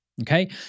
Okay